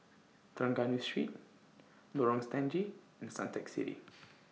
Trengganu Street Lorong Stangee and Suntec City